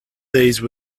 these